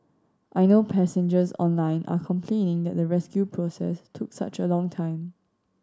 I know passengers online are complaining that the rescue process took such a long time